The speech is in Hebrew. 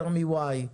יותר מ-Y.